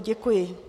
Děkuji.